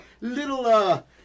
little